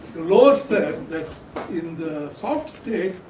the law that that in the soft state,